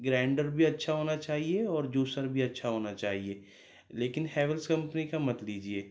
grinder بھی اچھا ہونا چاہیے اور جوسر بھی اچھا ہونا چاہیے لیکن ہیویلس کمپنی کا مت لیجیے